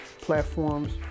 platforms